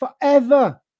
forever